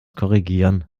korrigieren